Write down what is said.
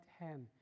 hand